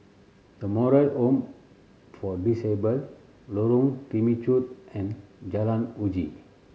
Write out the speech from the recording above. The Moral Home for Disabled Lorong Temechut and Jalan Uji